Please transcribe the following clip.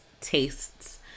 tastes